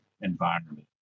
environment